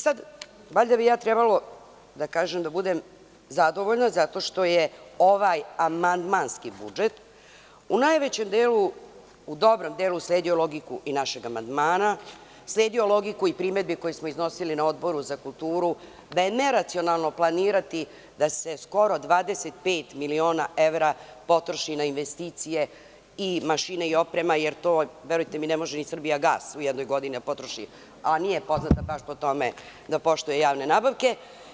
Sada bi ja, valjda, trebalo da budem zadovoljna, zato što je ovaj amandmanski budžet u najvećem delu, u dobrom delu sledio logiku i našeg amandmana, sledio logiku i primedbe koje smo iznosili na Odboru za kulturu da je neracionalno planirati da se skoro 25 miliona evra potroši na investicije i mašine i opremu, jer to, verujte mi, ne može ni „Srbijagas“ u jednoj godini da potroši, a nije poznat baš po tome da poštuje javne nabavke.